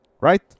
Right